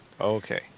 Okay